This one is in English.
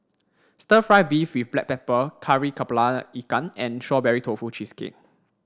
stir fry beef with black pepper Kari Kepala Ikan and strawberry tofu cheesecake